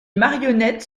marionnettes